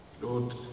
Lord